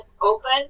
open